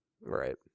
Right